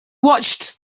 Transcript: watched